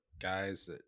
guys